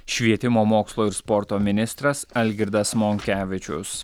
švietimo mokslo ir sporto ministras algirdas monkevičius